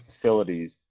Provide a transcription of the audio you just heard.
facilities